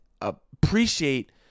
appreciate